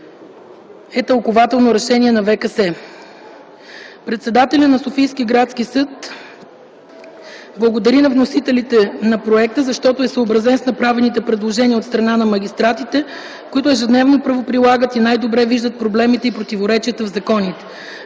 е Тълкувателно решение на ВКС. Председателят на Софийски градски съд благодари на вносителите на проекта, защото е съобразен с направените предложения от страна на магистратите, които ежедневно правоприлагат и най-добре виждат проблемите и противоречията в законите.